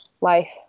life